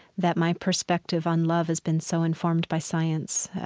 that my perspective on love has been so informed by science,